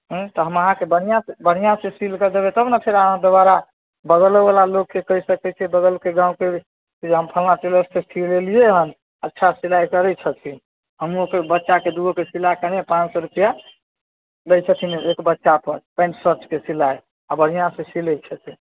अँए तऽ हम अहाँके बढ़िआँसँ बढ़िआँसँ सिलिकऽ देबै तब ने फेर अहाँ दोबारा बगलोवला लोकके कहि सकै छिए बगलके गामके से हम फल्लाँ टेलरसँ सिबेलिए हँ अच्छा सिलाइ करै छथिन हमहूँ अपन बच्चाके दुइ गोके सिलाके ने पाँच सओ रुपैआ लै छथिन एक बच्चापर पैन्ट शर्टके सिलाइ आओर बढ़िआँसँ सिलै छथिन